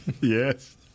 Yes